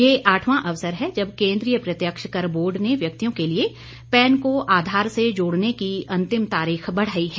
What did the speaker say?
यह आठवां अवसर है जब केन् द्रीय प्रत्यक्ष कर बोर्ड ने व्यक्तियों के लिए पैन को आधार से जोड़ने की अंतिम तारीख बढ़ाई है